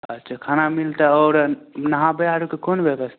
अच्छे खाना मिलतै आओर नहाबै आरुके कोन व्यवस्था